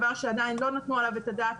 דבר שעדיין לא נתנו עליו את הדעת,